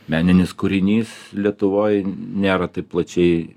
meninis kūrinys lietuvoje nėra taip plačiai